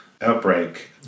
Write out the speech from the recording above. outbreak